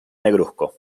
negruzco